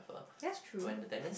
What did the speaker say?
that's true